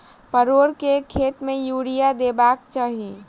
परोर केँ खेत मे यूरिया देबाक चही?